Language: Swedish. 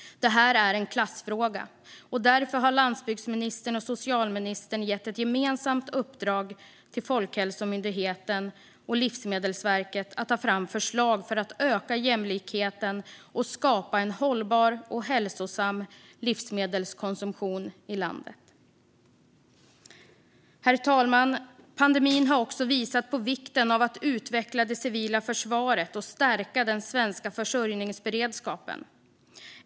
Det här är en klassfråga, och därför har landsbygdsministern och socialministern gett ett gemensamt uppdrag till Folkhälsomyndigheten och Livsmedelsverket att ta fram förslag för att öka jämlikheten och skapa en hållbar och hälsosam livsmedelskonsumtion i landet. Herr talman! Pandemin har också visat på vikten av att utveckla det civila försvaret och stärka den svenska försörjningsberedskapen.